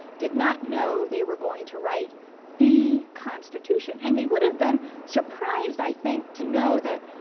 did not know they were going to write the constitution. and they would have been surprised, i think, to know that,